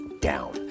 down